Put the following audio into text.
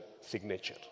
signature